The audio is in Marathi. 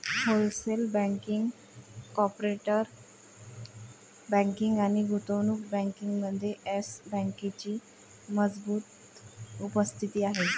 होलसेल बँकिंग, कॉर्पोरेट बँकिंग आणि गुंतवणूक बँकिंगमध्ये येस बँकेची मजबूत उपस्थिती आहे